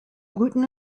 brüten